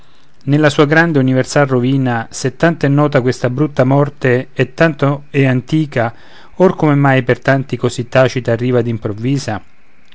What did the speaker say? nella sua grande universal rovina se tanto è nota questa brutta morte e tanto è antica or come mai per tanti così tacita arriva ed improvvisa